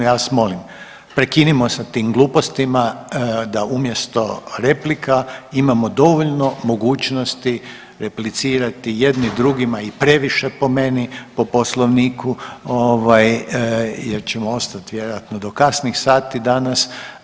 Ja vas molim prekinimo sa tim glupostima da umjesto replika imamo dovoljno mogućnosti replicirati jedni drugima i previše po meni po Poslovniku jer ćemo ostati vjerojatno do kasnih sati danas.